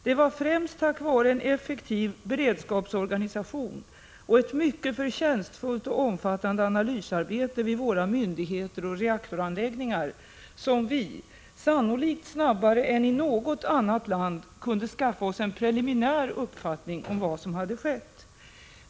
Det var främst tack vare en effektiv beredskapsorganisation och ett mycket förtjänstfullt och omfattande analysarbete vid våra myndigheter och reaktoranläggningar som vi, sannolikt snabbare än i något annat land, kunde skaffa oss en preliminär uppfattning om vad som hade skett.